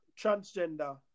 transgender